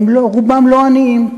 רובם לא עניים.